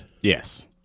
Yes